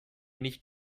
nicht